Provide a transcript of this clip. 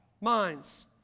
minds